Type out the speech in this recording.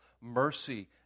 mercy